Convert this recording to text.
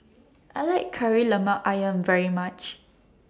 I like Kari Lemak Ayam very much